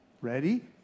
Ready